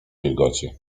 wilgoci